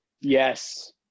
Yes